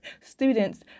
Students